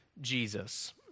Jesus